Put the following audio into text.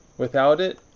without it,